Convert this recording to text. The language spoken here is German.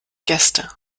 gäste